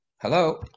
Hello